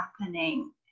happening